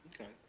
Okay